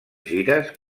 gires